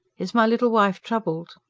is my little wife troubled?